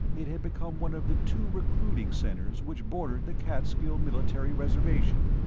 it had become one of the two recruiting centers which bordered the catskill military reservation,